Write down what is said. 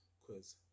quiz